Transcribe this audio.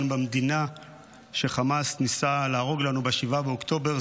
במדינה שחמאס ניסה להרוג לנו ב-7 באוקטובר,